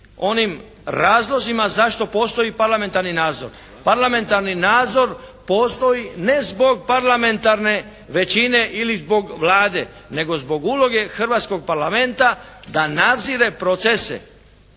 onim razlozima zašto postoji parlamentarni nadzor. Parlamentarni nadzor postoji ne zbog parlamentarne većine ili zbog Vlade, nego zbog uloge hrvatskog Parlamenta da nadzire procese